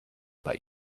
but